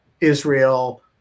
Israel